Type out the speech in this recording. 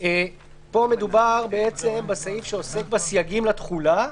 פה מדובר בסעיף שעוסק בסייגים לתחולה.